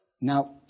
Now